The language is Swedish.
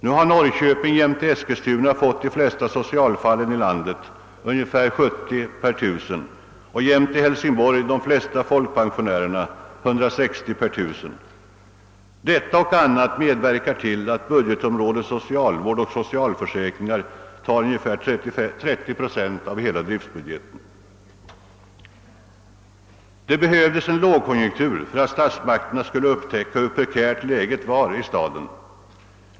Nu har Norrköping jämte Eskilstuna fått de flesta socialfallen i landet, ungefär 70 per 1 000 invånare, och jämte Hälsingborg de flesta folkpensionärerna, 160 per 1 000 invånare. Detta och annat medverkar till att socialvård och socialförsäkringar upp tar ungefär 30 procent av hela driftbudgeten. Det behövdes en lågkonjunktur för att statsmakterna skulle upptäcka hur prekärt läget var i staden.